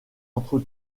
entre